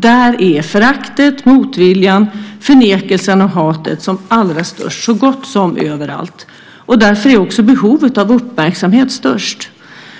Där är föraktet, motviljan, förnekelsen och hatet som allra störst så gott som överallt, och därför är också behovet av uppmärksamhet störst.